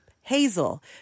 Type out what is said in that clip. Hazel